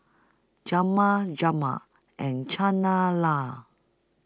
Jma Jma and Chana La